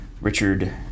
Richard